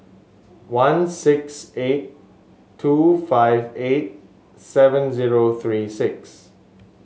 one six eight two five eight seven zero three six